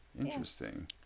interesting